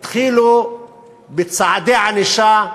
התחילו בצעדי ענישה.